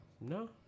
No